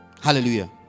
Hallelujah